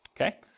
Okay